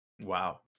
Wow